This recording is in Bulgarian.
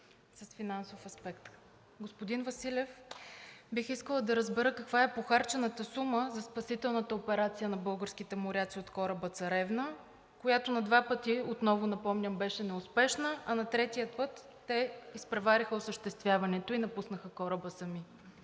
с финансов аспект. Господин Василев, бих искала да разбера каква е похарчената сума за спасителната операция на българските моряци от кораба „Царевна“, която на два пъти, отново напомням, беше неуспешна, а на третия път те изпревариха осъществяването ѝ и напуснаха кораба сами.